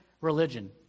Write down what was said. religion